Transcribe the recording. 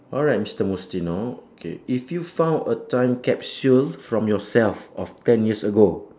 alright mister mustino K if you found a time capsule from yourself of ten years ago